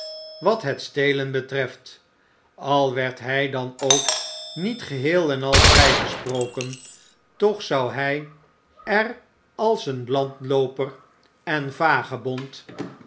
wat het s elen betreft al werd hij dan ook niet geheel en al vrijgesproken toch zou hij er als een landlooper en vagebond